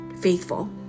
faithful